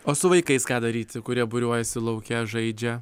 o su vaikais ką daryti kurie būriuojasi lauke žaidžia